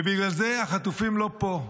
ובגלל זה החטופים לא פה.